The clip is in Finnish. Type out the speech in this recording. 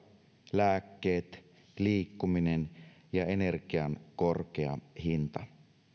lääkkeet liikkuminen ja energian korkea hinta